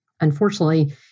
Unfortunately